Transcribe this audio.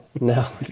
No